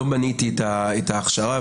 לא מניתי את הכשרה.